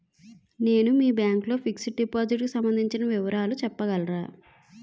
నేను మీ బ్యాంక్ లో ఫిక్సడ్ డెపోసిట్ కు సంబందించిన వివరాలు చెప్పగలరా?